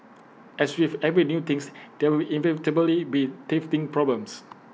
as with every new thing there will inevitably be teething problems